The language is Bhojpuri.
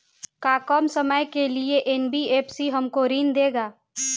का कम समय के लिए एन.बी.एफ.सी हमको ऋण देगा?